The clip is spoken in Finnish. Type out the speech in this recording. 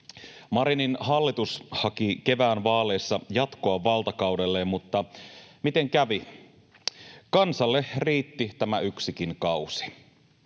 Marinin hallitus haki kevään vaaleissa jatkoa valtakaudelle, mutta miten kävi? Kansalle riitti tämä yksikin kausi.